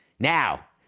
Now